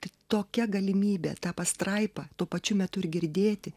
tai tokia galimybė tą pastraipą tuo pačiu metu ir girdėti